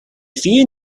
few